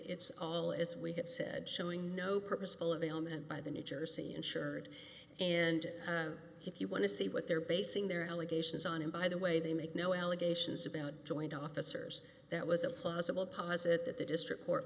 it's all as we have said showing no purposeful of am and by the nature see insured and if you want to see what they're basing their allegations on and by the way they make no allegations about joint officers that was a plausible posit that the district court